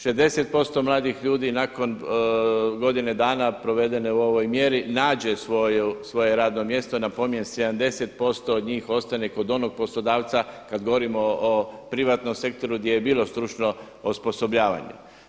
60% mladih ljudi nakon godine dana provedene u ovoj mjeri nađe svoje radno mjesto, napominjem 70% od njih ostane kod onog poslodavca kad govorimo o privatnom sektoru gdje je bilo stručno osposobljavanje.